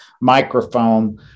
microphone